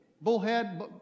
bullhead